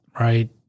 right